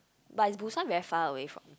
but Busan very far away from